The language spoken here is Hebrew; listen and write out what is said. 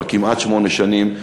כבר כמעט שמונה שנים,